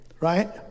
right